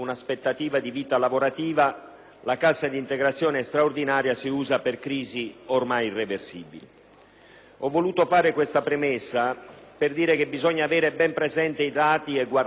la cassa integrazione straordinaria si usa per crisi ormai irreversibili. Hovoluto fare questa premessa per sottolineare che bisogna tenere ben presenti i dati e guardare la realtà per quella che è